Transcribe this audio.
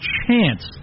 chance